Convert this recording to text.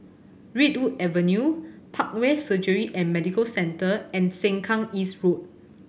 Redwood Avenue Parkway Surgery and Medical Centre and Sengkang East Road